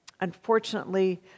unfortunately